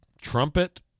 trumpet